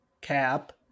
cap